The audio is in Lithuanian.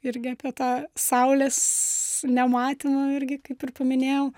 irgi apie tą saulės nematymą irgi kaip ir paminėjau